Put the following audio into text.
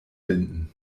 binden